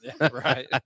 right